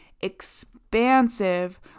expansive